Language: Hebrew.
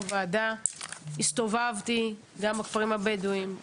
הסתובבתי בכפרים הבדואים,